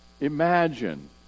Imagine